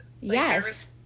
Yes